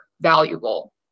valuable